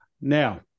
Now